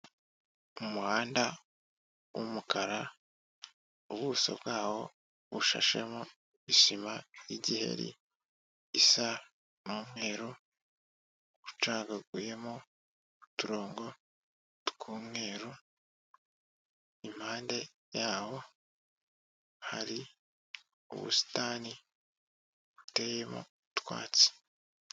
Umuhanda w'umukara, ubuso bwawo bushashemo isima yigiheri isa n'umweru, ucagaguyemo uturongo twumweru, impande yaho hari ubusitani buteyemo utwatsi.